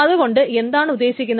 അതു കൊണ്ട് എന്താണ് ഉദ്ദേശിക്കുന്നത്